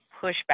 pushback